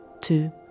two